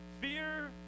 fear